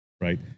Right